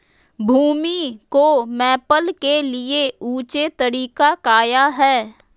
भूमि को मैपल के लिए ऊंचे तरीका काया है?